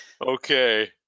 Okay